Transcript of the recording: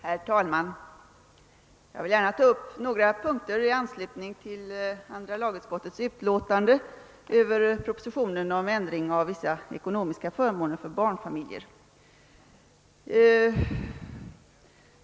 Herr talman! Jag vill gärna ta upp några punkter i anslutning till andra lagutskottets utlåtande över propositionen om ändring av vissa ekonomiska förmåner för barnfamiljer.